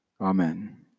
Amen